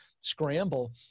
scramble